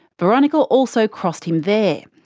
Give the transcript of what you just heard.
veronica also crossed him there.